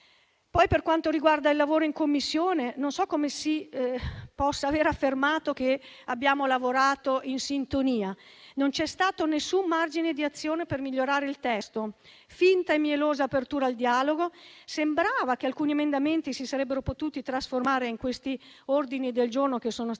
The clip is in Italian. Per quanto riguarda il lavoro in Commissione, non so come qualcuno possa aver affermato che abbiamo lavorato in sintonia, quando non c'è stato alcun margine di azione per migliorare il testo, ma solo finta e mielosa apertura al dialogo. Sembrava che alcuni emendamenti si sarebbero potuti trasformare in ordini del giorno che sono stati